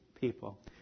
people